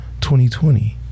2020